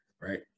Right